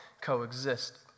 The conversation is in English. coexist